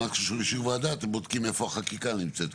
אחרי אישור ועדה אתם בודקים איפה החקיקה נמצאת,